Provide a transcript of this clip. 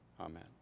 Amen